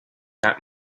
that